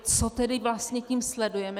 Co tedy vlastně tím sledujeme?